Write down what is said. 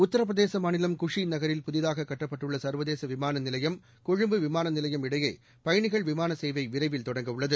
உத்தரபிரதேச மாநிலம் குஷி நகரில் புதிதாக கட்டப்பட்டுள்ள சர்வதேச விமாள நினையம் னெழும்பு விமாள நினையம் இடையே பயணிகள் விமான சேவை விரைவில் தொடங்கவுள்ளது